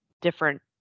different